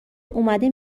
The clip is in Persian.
اومده